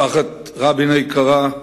משפחת רבין היקרה,